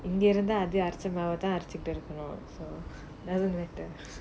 இருந்தா அதே அரச்ச மாவதான் அரச்சிட்டு இருக்கணும்:iruntha athe aracha maavuthaan arachittu irukkanum